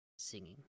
singing